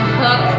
hook